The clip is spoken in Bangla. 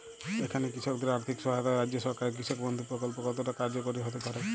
এখানে কৃষকদের আর্থিক সহায়তায় রাজ্য সরকারের কৃষক বন্ধু প্রক্ল্প কতটা কার্যকরী হতে পারে?